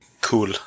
cool